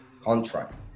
contract